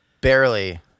Barely